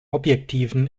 objektiven